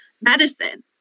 medicine